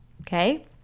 Okay